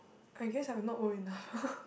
I guess I'm not old enough